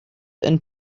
and